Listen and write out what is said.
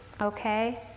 okay